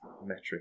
metric